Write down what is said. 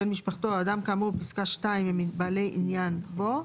בן משפחתו או אדם כאמור בפסקה (2) הם בעלי עניין בו,